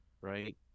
right